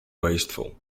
wasteful